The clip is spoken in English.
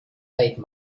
late